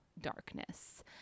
darkness